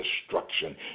destruction